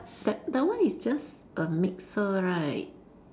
that that one is just a mixer right